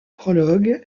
prologue